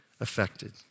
affected